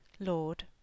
Lord